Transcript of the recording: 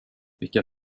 vilken